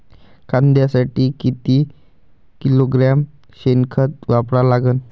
कांद्यासाठी किती किलोग्रॅम शेनखत वापरा लागन?